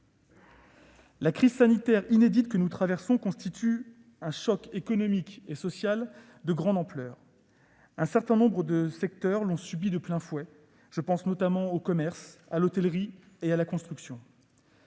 La crise sanitaire inédite que nous traversons constitue un choc économique et social de grande ampleur. Un certain nombre de secteurs l'ont subi de plein fouet ; je pense notamment au commerce, à l'hôtellerie et à la construction.